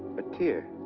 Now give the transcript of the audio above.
a tear.